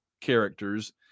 characters